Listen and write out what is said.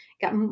got